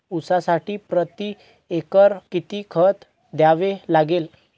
ऊसासाठी प्रतिएकर किती खत द्यावे लागेल?